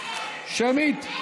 שמית?